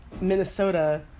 Minnesota